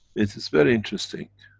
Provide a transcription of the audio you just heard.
it is very interesting,